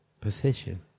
Position